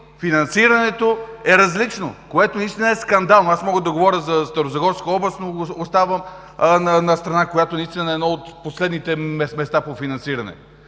финансирането е различно, което е скандално. Мога да говоря за Старозагорска област, но я оставям настрана, която наистина е на едно от последните места по финансиране.